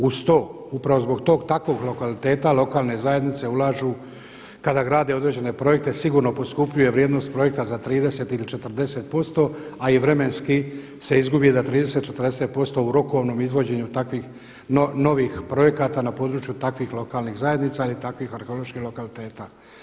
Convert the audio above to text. Uz to, upravo zbog tog takvog lokaliteta lokalne zajednice ulažu kada grade određene projekte sigurno poskupljuje vrijednost projekta za 30 ili 40%, a i vremenski se izgubi na 30, 40% u rokovnom izvođenju takvih novih projekata na području takvih lokalnih zajednica i takvih arheoloških lokaliteta.